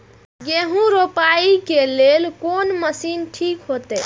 गेहूं रोपाई के लेल कोन मशीन ठीक होते?